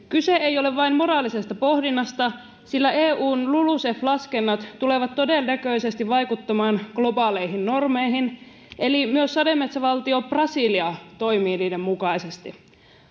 kyse ei ole vain moraalisesta pohdinnasta sillä eun lulucf laskennat tulevat todennäköisesti vaikuttamaan globaaleihin normeihin eli myös sademetsävaltio brasilia toimii niiden mukaisesti